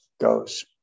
goes